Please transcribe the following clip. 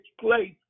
place